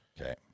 Okay